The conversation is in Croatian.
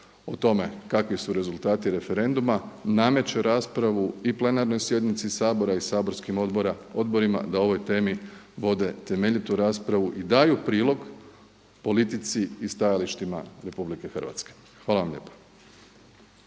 o tome kakvi su rezultati referenduma nameće raspravu i plenarnoj sjednici Sabora i saborskim odborima da o ovoj temi vode temeljitu raspravu i daju prilog politici i stajalištima Republike Hrvatske. Hvala vam lijepa.